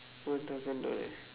one thousand dollars